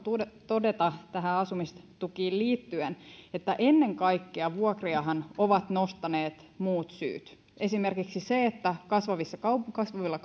todeta asumistukiin liittyen että ennen kaikkeahan vuokriaovat nostaneet muut syyt esimerkiksi se että kasvavilla